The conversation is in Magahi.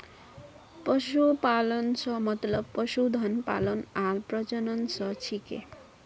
पशुपालन स मतलब पशुधन पालन आर प्रजनन स छिके